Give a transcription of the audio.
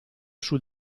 sul